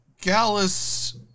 Gallus